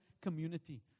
community